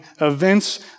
events